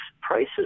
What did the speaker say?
prices